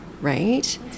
right